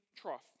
trough